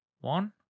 one